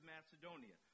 Macedonia